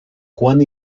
juan